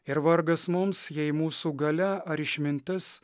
ir vargas mums jei mūsų galia ar išmintis